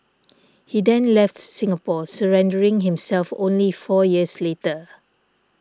he then left Singapore surrendering himself only four years later